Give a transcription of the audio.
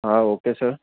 હા okay sir